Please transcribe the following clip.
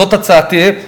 זאת הצעתי.